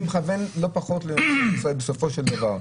אני מכוון לא פחות לסופו של דבר.